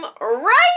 right